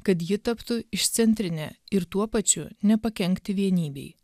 kad ji taptų išcentrine ir tuo pačiu nepakenkti vienybei